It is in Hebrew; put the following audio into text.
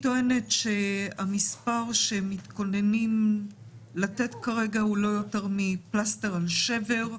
המספר שמתכוננים לתת כרגע הוא לא יותר מפלסטר על שבר,